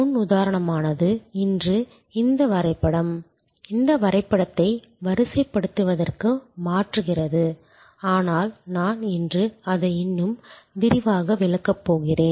முன்னுதாரணமானது இன்று இந்த வரைபடம் இந்த வரைபடத்தை வரிசைப்படுத்துவதற்கு மாறுகிறது ஆனால் நான் இன்று அதை இன்னும் விரிவாக விளக்கப் போகிறேன்